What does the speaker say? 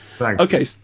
okay